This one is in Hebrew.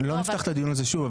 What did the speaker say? לא נפתח את הדיון הזה שוב,